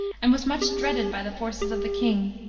and was much dreaded by the forces of the king.